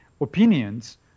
opinions